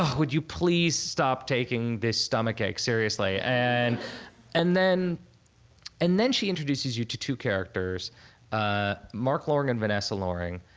ah would you please stop taking this stomachache seriously? and and then and then she introduces you to two characters ah mark loring and vanessa loring.